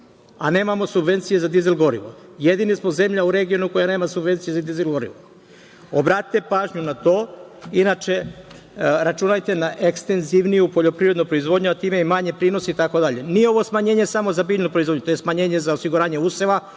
a nemamo subvencije za dizel gorivo. Jedina smo zemlja u regionu koja nema subvencije za dizel gorivo. Obratite pažnju na to, inače računajte na ekstenzivniju poljoprivrednu proizvodnju, a time i manje prinose itd. Nije ovo smanjenje samo za biljnu proizvodnju, to je smanjenje za osiguranje useva